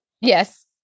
Yes